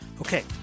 Okay